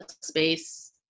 space